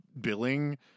billing